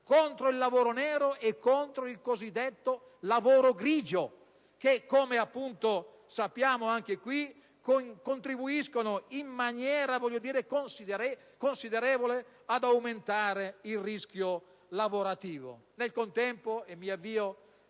contro il lavoro nero e contro il cosiddetto lavoro grigio che, come sappiamo, contribuiscono in maniera considerevole ad aumentare il rischio lavorativo.